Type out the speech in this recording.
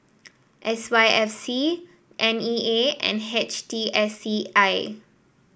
S Y F C N E A and H T S C I